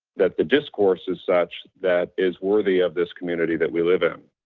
that the discourse is such, that is worthy of this community that we live in.